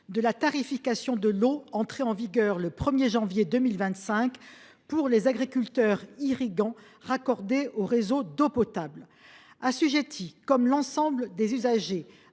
de la tarification de l’eau entrée en vigueur le 1 janvier 2025 pour les agriculteurs irrigants raccordés au réseau d’eau potable. Assujettis, comme l’ensemble des usagers,